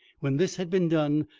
when this had been done,